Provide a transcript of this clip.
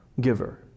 giver